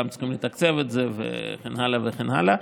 חלקם צריכים לתקצב את זה וכן הלאה וכן הלאה.